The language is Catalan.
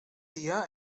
dia